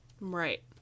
right